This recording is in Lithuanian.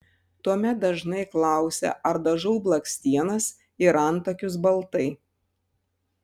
tuomet dažnai klausia ar dažau blakstienas ir antakius baltai